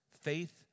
Faith